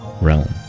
realm